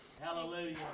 Hallelujah